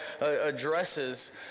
addresses